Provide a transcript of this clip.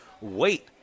Wait